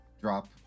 drop